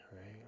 right